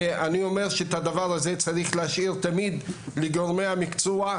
אני אומר שאת הדבר הזה צריך להשאיר תמיד לגורמי המקצוע,